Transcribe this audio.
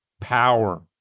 power